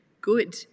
good